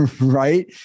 right